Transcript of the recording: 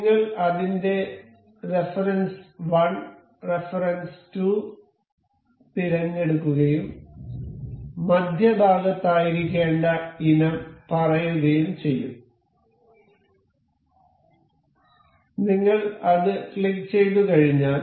നിങ്ങൾ അതിന്റെ reference 1 reference 2 തിരഞ്ഞെടുക്കുകയും മധ്യഭാഗത്തായിരിക്കേണ്ട ഇനം പറയുകയും ചെയ്യും നിങ്ങൾ അത് ക്ലിക്കുചെയ്തുകഴിഞ്ഞാൽ